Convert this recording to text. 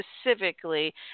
specifically